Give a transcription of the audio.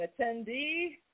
attendee